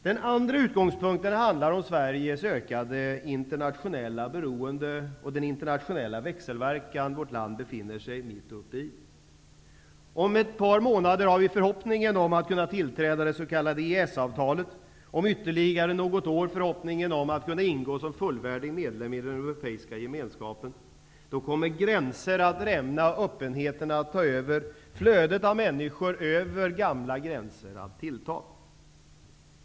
Den andra utgångspunkten handlar om Sveriges ökade internationella beroende och den internationella växelverkan som vårt land befinner sig mitt uppe i. Vi har förhoppningen att kunna tillträda det s.k. EES-avtalet om ett par månader. Om ytterligare något år har vi förhoppningen om att kunna ingå som fullvärdig medlem i den europeiska gemenskapen. Då kommer gränserna att rämna och öppenheten att ta över. Flödet av människor över gamla gränser kommer att tillta.